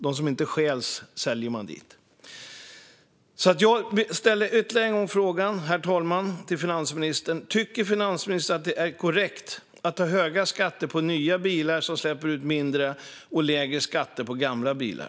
De som inte stjäls säljer man dit. Herr talman! Jag ställer ytterligare en gång frågan till finansministern. Tycker finansministern att det är korrekt att ha höga skatter på nya bilar som släpper ut mindre och lägre skatter på gamla bilar?